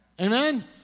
Amen